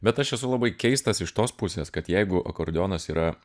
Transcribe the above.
bet aš esu labai keistas iš tos pusės kad jeigu akordeonas yra